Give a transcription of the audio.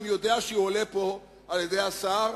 שאני יודע שיועלה פה על-ידי השר,